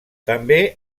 també